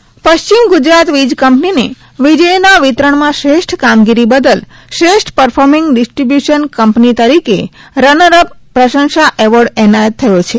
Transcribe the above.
વીજ એવોર્ડ પશ્ચિમ ગુજરાત વીજ કંપનીને વીજળીના વિતરણમાં શ્રેષ્ઠ કામગીરી બદલ શ્રેષ્ઠ પરફોમીંગ ડિસ્રીિમબ્યુશન કંપની તરીકે રનર અપ પ્રશંસા એવોર્ડ એનાયત થયો છે